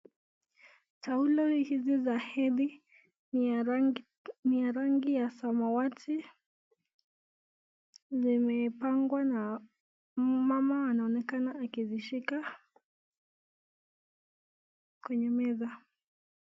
Taulo hizi za hedhi ni ya rangi ya samawati zimepangwa na mama anaonekana akizishika kwenye meza.